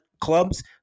clubs